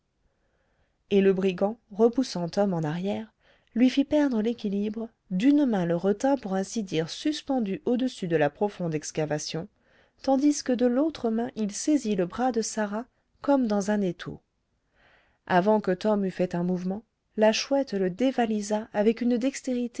et le brigand repoussant tom en arrière lui fit perdre l'équilibre d'une main le retint pour ainsi dire suspendu au-dessus de la profonde excavation tandis que de l'autre main il saisit le bras de sarah comme dans un étau avant que tom eût fait un mouvement la chouette le dévalisa avec une